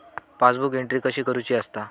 Passbook entry कशी करुची असता?